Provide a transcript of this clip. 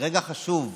אדוני היושב-ראש,